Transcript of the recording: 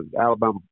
Alabama